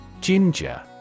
Ginger